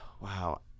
wow